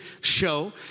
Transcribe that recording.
show